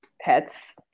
pets